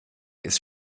ist